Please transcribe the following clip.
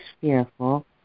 fearful